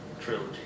trilogy